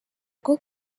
rwo